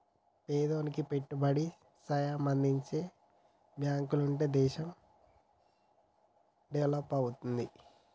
పేదోనికి పెట్టుబడి సాయం అందించే బాంకులుంటనే దేశం డెవలపవుద్ది